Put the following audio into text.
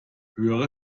höhere